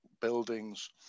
buildings